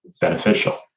beneficial